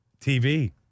TV